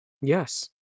Yes